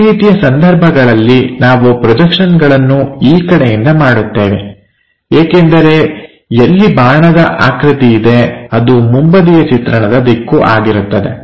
ಈ ರೀತಿಯ ಸಂದರ್ಭಗಳಲ್ಲಿ ನಾವು ಪ್ರೊಜೆಕ್ಷನ್ಗಳನ್ನು ಈ ಕಡೆಯಿಂದ ಮಾಡುತ್ತೇವೆ ಏಕೆಂದರೆ ಎಲ್ಲಿ ಬಾಣದ ಆಕೃತಿ ಇದೆ ಅದು ಮುಂಬದಿಯ ಚಿತ್ರಣದ ದಿಕ್ಕು ಆಗಿರುತ್ತದೆ